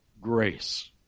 grace